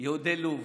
יהודי לוב,